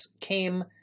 came